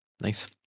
nice